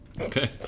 Okay